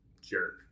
jerk